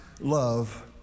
Love